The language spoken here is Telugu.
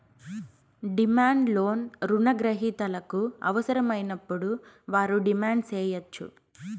డిమాండ్ లోన్ రుణ గ్రహీతలకు అవసరమైనప్పుడు వారు డిమాండ్ సేయచ్చు